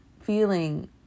feeling